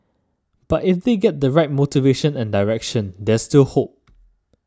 but if they get the right motivation and direction there's still hope